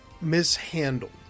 mishandled